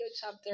chapter